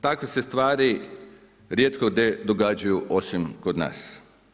Takve se stvari rijetko događaju osim kod nas.